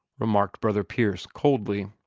remarked brother pierce, coldly.